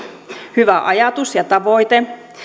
hyvä ajatus ja tavoite